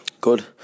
Good